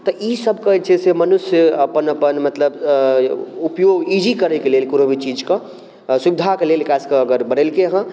तऽ ई सबके जे छै से मनुष्य अपन अपन मतलब उपयोग इजी करैके लेल कोनो भी चीजके सुविधाके लेल खासकऽ अगर बनेलकै हँ